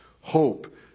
hope